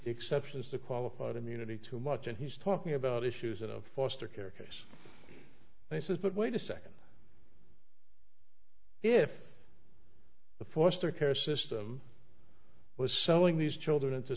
exceptions to qualified immunity too much and he's talking about issues of foster care case basis but wait a second if the foster care system was selling these children into